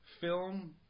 film